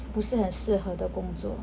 不是很适合的工作